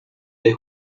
les